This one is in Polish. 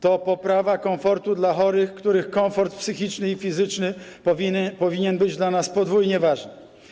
To poprawa komfortu dla chorych, których komfort psychiczny i fizyczny powinien być dla nas podwójnie ważny.